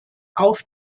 auf